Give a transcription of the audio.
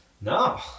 No